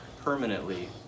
permanently